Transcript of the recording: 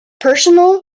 personal